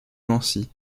nancy